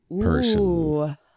person